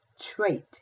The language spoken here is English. trait